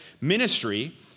ministry